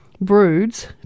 Broods